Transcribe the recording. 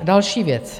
Další věc.